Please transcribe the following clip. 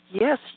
yes